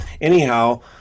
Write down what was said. Anyhow